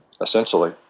essentially